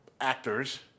actors